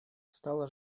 стала